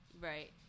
right